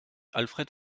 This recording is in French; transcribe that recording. alfred